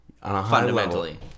fundamentally